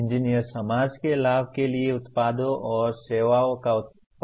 engineer समाज के लाभ के लिए उत्पादों और सेवाओं का उत्पादन करते हैं